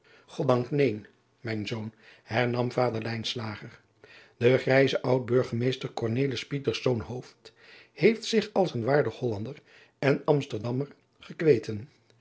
oddank neen mijn zoon hernam vader e grijze ud urgemeester heeft zich als een waardig ollander en msterdammer gekweten